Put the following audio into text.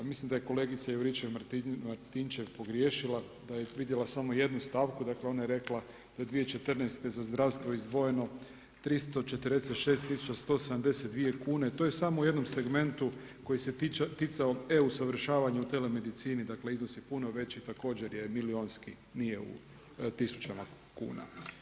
Ja mislim da je kolegica Juričev-Martinčev pogriješila, da je vidjela samo jednu stavku, dakle ona je rekla da je 2014. za zdravstvo izdvojeno 346 172 kune, to je samo u jednom segmentu koji se ticao e-usavršavanju u telemedicini, dakle iznos je puno veći, također je milijunski, nije u tisućama kuna.